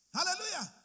Hallelujah